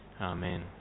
Amen